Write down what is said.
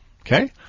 Okay